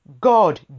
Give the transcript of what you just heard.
God